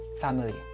family